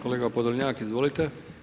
Kolega Podolnjak, izvolite.